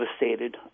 devastated